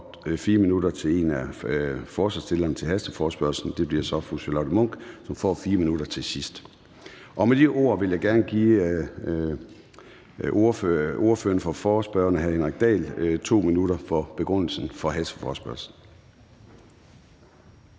og 4 minutter til en af stillerne af hasteforespørgslen, og det bliver så fru Charlotte Munch, som får 4 minutter til sidst. Med de ord vil jeg gerne give ordføreren for forespørgerne, hr. Henrik Dahl, 2 minutter for begrundelsen for hasteforespørgslen.